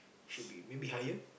should be maybe higher